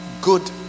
good